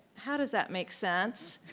how does that make sense?